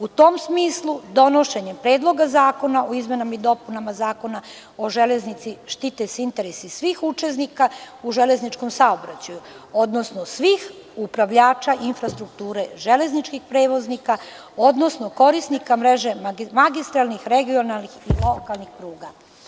U tom smislu, donošenjem Predloga zakona o izmenama i dopunama Zakona o železnici štite se interesi svih učesnika u železničkom saobraćaju, odnosno svih upravljača infrastrukture, železničkih prevoznika, odnosno korisnika mreže magistralnih, regionalnih i lokalnih pruga.